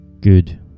good